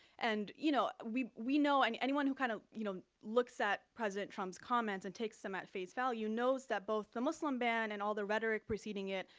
and you know, we we know, and anyone who kind of you know looks at president trump's comments and takes them at face value, knows that both the muslim ban and all the rhetoric preceding it,